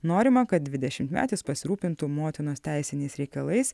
norima kad dvidešimtmetis pasirūpintų motinos teisiniais reikalais